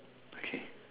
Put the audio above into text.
okay